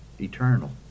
eternal